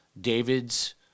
David's